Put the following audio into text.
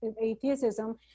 atheism